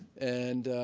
and